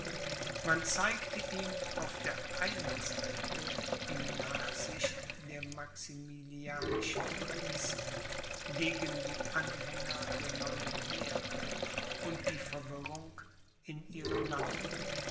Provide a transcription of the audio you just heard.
man zeigte ihm auf der einen seite die nachsicht der maximilianischen prinzen gegen die anhänger der neuen lehre und die verwirrung in ihren landen